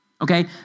Okay